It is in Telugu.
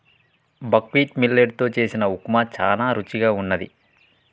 బక్వీట్ మిల్లెట్ తో చేసిన ఉప్మా చానా రుచిగా వున్నది